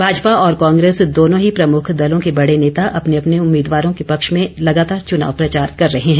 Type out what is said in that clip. भाजपा और कांग्रेस दोनों ही प्रमुख दलों के बड़े नेता अपने अपन्ने उम्मीदवारों के पक्ष में लगातार चुनाव प्रचार कर रहे हैं